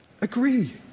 Agree